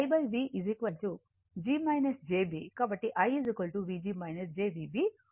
కాబట్టి I V g jVb అవుతుంది